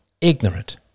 ignorant